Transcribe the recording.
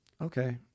Okay